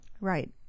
Right